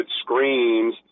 screens –